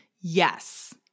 Yes